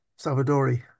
salvadori